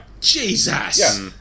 Jesus